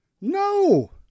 No